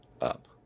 up